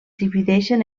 divideixen